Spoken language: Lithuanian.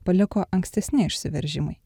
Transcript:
paliko ankstesni išsiveržimai